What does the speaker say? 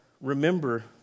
remember